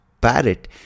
parrot